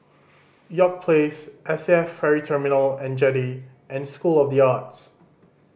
York Place S A F Ferry Terminal And Jetty and School of The Arts